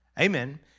Amen